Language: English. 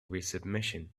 resubmission